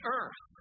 earth